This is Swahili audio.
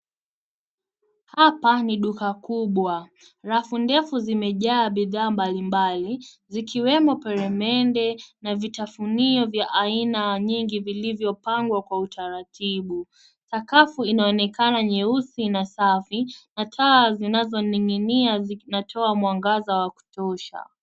Hapa ni duka kubwa , rafu ndefu zimejaa bidhaa mbalimbali zikiwemo peremende na vitafunio vya aina nyingi vilivyo pangwa kwa utaratibu. Sakafu inaonekana nyeusi na safi na taa zinazo ninginia zinatoa mwangaza wa kutosha.